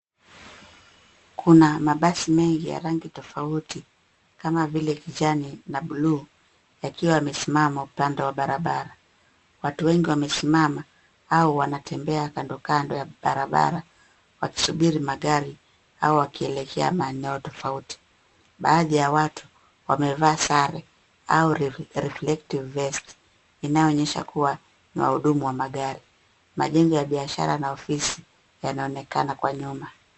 Kuna mabasi mengi ya rangi tofauti kama vile kijani na blue yakiwa yamesimama upanda wa barabara. Watu wengi wamesimama au wanatembea kando kando ya barabara wakisubiri magari au wakielekea maneo tofauti. Baadhi ya watu wamevaa sare au (cs)reflective vest(cs) inaonyesha kuwa ni wahudumu wa magari. Majengo ya biashara na ofisi yanaonekana kwa nyuma.